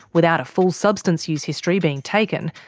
without a full substance use history being taken,